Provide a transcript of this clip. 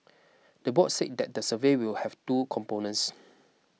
the board say that the survey will have two components